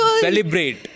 celebrate